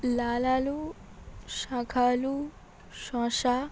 লাল আলু শাখ আলু শশা